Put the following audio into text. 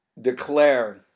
Declare